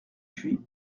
puy